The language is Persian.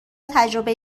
تجربه